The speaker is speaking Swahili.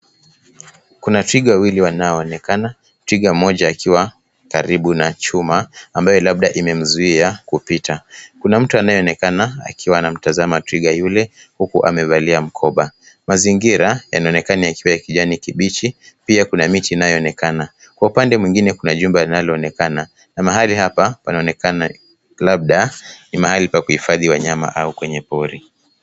Kuna twiga wawili wanaoonekana. Twiga mmoja anaonekana akiwa karibu na chuma ambayo labda imemzuia kupita. Kuna mtu anayeonekana akiwa anamtazama twiga yule huku amevalia mkoba. Mazingira yanaonekana yakiwa ya kijani kibichi. Pia kuna miti inayoonekana. Kwa upande mwingine kuna jumba linaloonekana na mahali hapa panaonekana labda ni mahali pa kuhifadhi wanyama au kwenye pori.